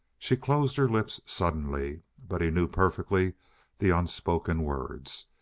she closed her lips suddenly. but he knew perfectly the unspoken words.